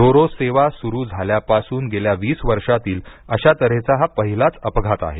row ro सेवा सुरू झाल्यापासून गेल्या वीस वर्षांतील अशा तऱ्हेचा हा पहिलाच अपघात आहे